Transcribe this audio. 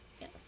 Yes